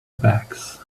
backs